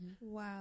Wow